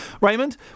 Raymond